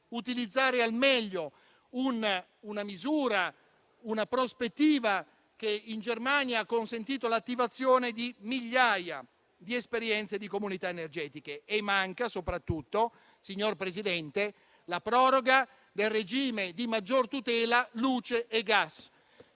utilizzare al meglio la prospettiva di una misura che in Germania ha consentito l'attivazione di migliaia di esperienze del genere. E manca soprattutto, signor Presidente, la proroga del regime di maggior tutela per luce e gas,